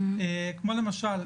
כמו למשל,